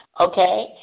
okay